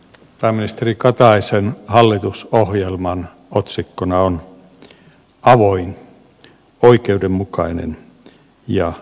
pääministeri kataisen hallitusohjelman otsikkona on avoin oikeudenmukainen ja rohkea suomi